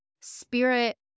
spirit